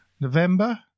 November